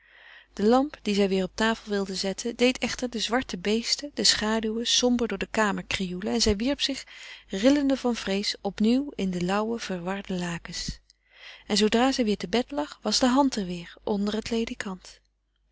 de lamp die zij weêr op tafel wilde zetten deed echter zwarte beesten de schaduwen somber door de kamer krioelen en zij wierp zich rillende van vrees opnieuw in de lauwe verwarde lakens en zoodra zij weêr te bed lag was de hand er weêr onder het ledekant